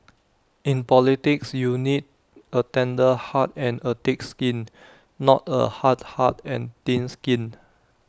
in politics you need A tender heart and A thick skin not A hard heart and thin skin